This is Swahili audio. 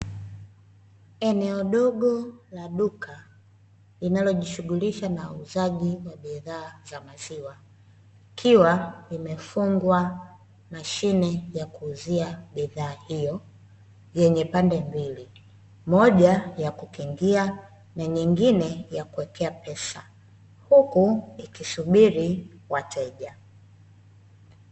Eneo dogo la duka linalojishungulisha na uuzaji wa bidhaa za maziwa, ikiwa imefungwa mashine ya kuuzia bidhaa hiyo yenye pande mbili; moja ya kukingia, na nyingine ya kuwekea pesa, huku ikisubiri wateja.